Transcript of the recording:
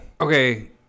Okay